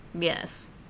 Yes